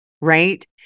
right